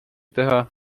teha